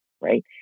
right